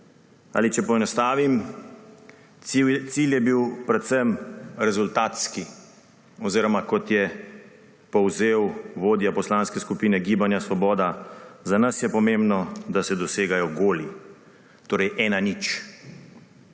Ali če poenostavim, cilj je bil predvsem rezultatski, oziroma kot je povzel vodja Poslanske skupine Gibanje Svoboda, za nas je pomembno, da se dosegajo goli, torej 1 : 0.